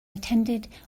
attended